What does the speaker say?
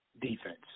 defense